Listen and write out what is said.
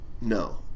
No